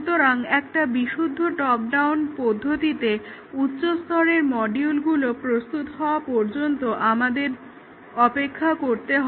সুতরাং একটা বিশুদ্ধ টপ ডাউন পদ্ধতিতে উচ্চস্তরের মডিউলগুলো প্রস্তুত হওয়া পর্যন্ত আমাদের অপেক্ষা করতে হয়